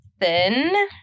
thin